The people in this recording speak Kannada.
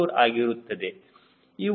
4 ಆಗಿರುತ್ತದೆ